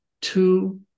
two